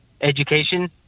education